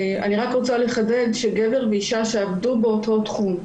אני רק רוצה לחדד שגבר ואישה שעבדו באותו תחום,